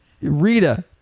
Rita